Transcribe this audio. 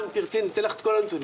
אם תרצי אני אתן לך את כל הנתונים.